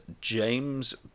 James